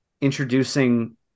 introducing